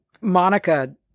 Monica